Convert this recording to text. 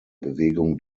bewegung